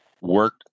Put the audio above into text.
work